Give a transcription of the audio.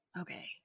Okay